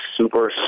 super